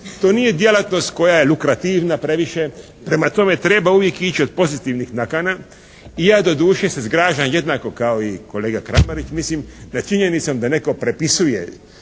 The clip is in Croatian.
To nije djelatnost koja je lukrativna previše. Prema tome, treba uvijek ići od pozitivnih nakana. I ja doduše se zgražam jednako kao i kolega Kramarić. Mislim da činjenicom da netko prepisuje